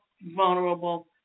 vulnerable